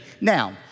Now